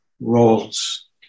roles